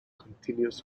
continuous